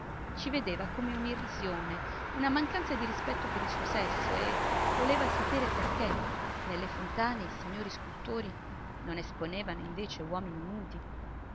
ci vedeva come un'irrisione una mancanza di rispetto per il suo sesso e voleva sapere perché nelle fontane i signori scultori non esponevano invece uomini nudi